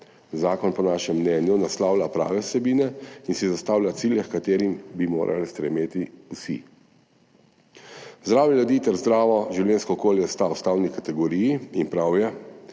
Zakon po našem mnenju naslavlja prave vsebine in si zastavlja cilje, h katerim bi morali stremeti vsi. Zdravje ljudi ter zdravo življenjsko okolje sta ustavni kategoriji in prav je,